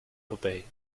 obey